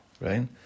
right